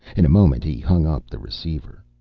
in a moment he hung up the receiver.